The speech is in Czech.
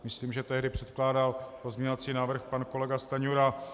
Myslím, že tehdy předkládal pozměňovací návrh pan kolega Stanjura.